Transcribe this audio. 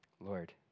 Lord